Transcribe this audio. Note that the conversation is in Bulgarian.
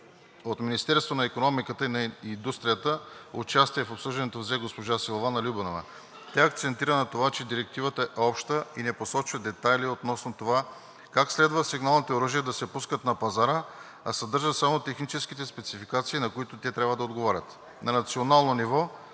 От Министерството на икономиката и индустрията участие в обсъждането взе госпожа Силвана Любенова. Тя акцентира на това, че Директивата е обща и не посочва детайли относно това как следва сигналните оръжия да се пускат на пазара, а съдържа само техническите спецификации, на които те трябва да отговарят.